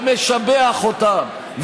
ומשבח אותם,